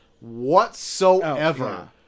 whatsoever